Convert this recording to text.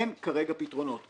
אין כרגע פתרונות.